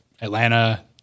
Atlanta